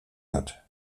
hat